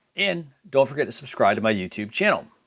and don't forget to subscribe to my youtube channel.